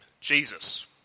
Jesus